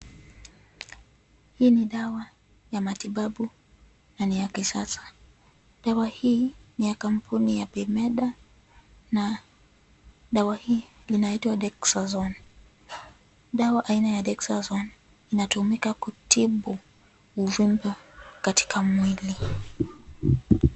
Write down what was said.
Hii ni dawa ya matibabu na ni ya kisasa. Dawa hii ni ya kampuni ya Bimeda na dawa hii inaitwa dexazone. Dawa aina ya dexazone inatumika kutibu uvimbe katika mwili.